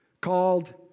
called